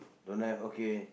don't have okay